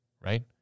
right